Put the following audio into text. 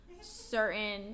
certain